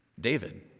David